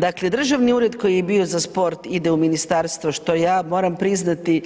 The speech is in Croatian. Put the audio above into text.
Dakle, državni ured koji je bio sport ide u ministarstvo što ja moram priznati,